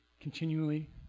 Continually